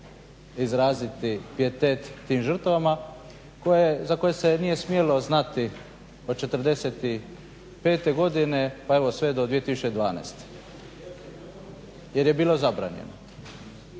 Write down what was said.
izraziti pijetet tim žrtvama za koje se nije smjelo znati od '45.godine pa evo sve do 2012.jer je bilo zabranjeno.